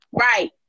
Right